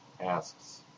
asks